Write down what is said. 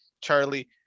Charlie